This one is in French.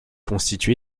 constitué